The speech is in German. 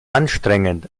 anstrengend